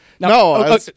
No